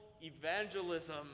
evangelism